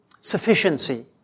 Sufficiency